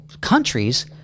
countries